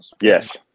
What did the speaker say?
Yes